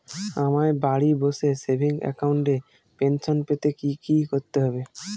আমায় বাড়ি বসে সেভিংস অ্যাকাউন্টে পেনশন পেতে কি কি করতে হবে?